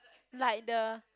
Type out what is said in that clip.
like the